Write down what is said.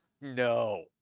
no